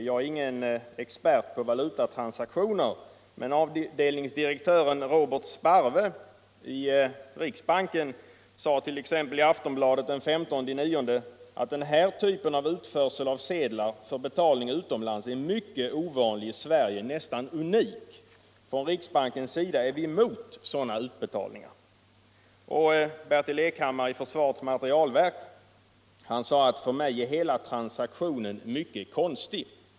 Jag är ingen expert på valutatransaktioner, men avdelningsdirektör Robert Sparve i riksbanken sade ull Aftonbladet den 15 september: ”Den här typen av utförsel av sedlar för betalning utomlands är mycket ovanlig i Sverige, nästan unik.” Herr Sparve uttalade i fortsättningen att man från riksbankens sida är emot sådana utbetalningar. Bertil Erkhammar i försvarets materielverk har sagt att för honom tedde sig hela transaktionen mycket konstig.